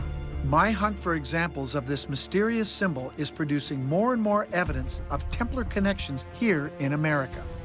my hunt for examples of this mysterious symbol is producing more and more evidence of templar connections here in america.